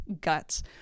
guts